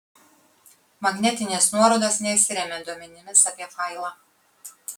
magnetinės nuorodos nesiremia duomenimis apie failą